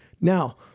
Now